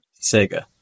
Sega